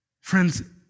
friends